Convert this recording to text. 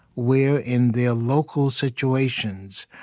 where in their local situations,